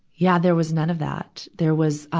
yeah, there was none of that. there was, ah,